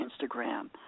Instagram